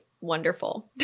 wonderful